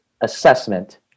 assessment